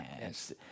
yes